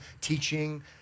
teaching